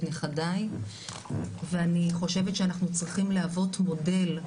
נכדיי ואני חושבת שאנחנו צריכים להוות מודל,